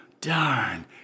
Darn